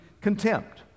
contempt